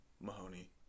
Mahoney